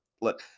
look